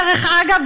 דרך אגב,